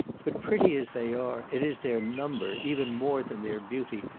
but pretty as they are, it is their number, even more than their beauty,